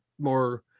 more